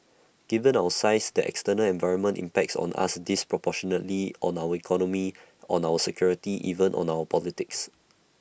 given our size the external environment impacts on us disproportionately on our economy on our security even on our politics